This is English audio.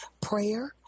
prayer